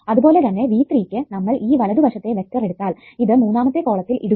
അതുപോലെതന്നെ V3 ക്കു നമ്മൾ ഈ വലതു വശത്തെ വെക്റ്റർ എടുത്താൽ ഇത് മൂന്നാമത്തെ കോളത്തിൽ ഇടുക